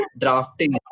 Drafting